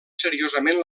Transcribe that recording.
seriosament